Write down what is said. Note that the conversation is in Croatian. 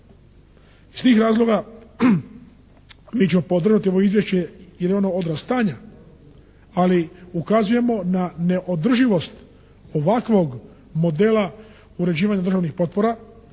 Iz tih razloga mi ćemo podržati ovo Izvješće jer je ono odraz stanja, ali ukazujemo na neodrživost ovakvog modela uređivanja državnih potpora